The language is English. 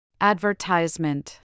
Advertisement